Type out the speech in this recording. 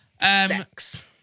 sex